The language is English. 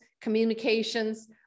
communications